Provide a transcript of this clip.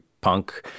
punk